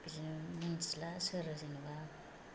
बिदिनो मिन्थिला सोर जेनेबा